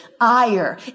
ire